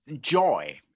joy